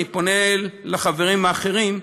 אני פונה לחברים האחרים,